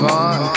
on